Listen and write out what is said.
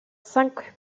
cinq